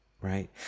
Right